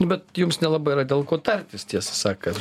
nu bet jums nelabai yra dėl ko tartis tiesą sakan